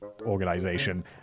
organization